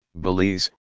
Belize